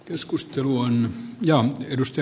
keskustelu on jo edusta